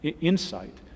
insight